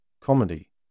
comedy